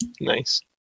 nice